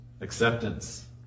Acceptance